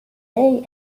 day